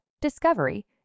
discovery